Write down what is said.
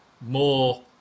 more